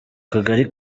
kagari